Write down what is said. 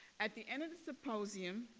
at the end of the symposium,